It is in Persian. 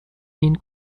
این